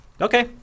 Okay